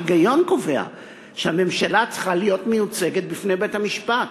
ההיגיון קובע שהממשלה צריכה להיות מיוצגת בפני בית-המשפט,